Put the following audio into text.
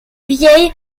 vieille